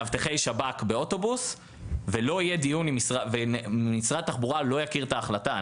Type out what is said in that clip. מאבטחי שב"כ באוטובוס ומשרד התחבורה לא יכיר את ההחלטה.